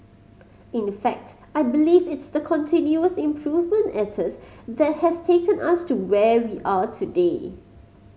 in fact I believe it's the continuous improvement ethos that has taken us to where we are today